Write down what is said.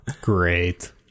great